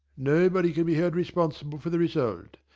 nobody can be held responsible for the result.